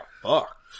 fuck